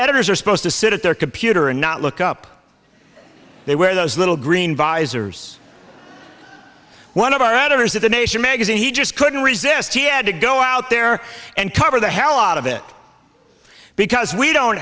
editors are supposed to sit at their computer and not look up they wear those little green visors one of our editors at the nation magazine he just couldn't resist he had to go out there and cover the hell out of it because we don't